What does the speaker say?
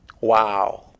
Wow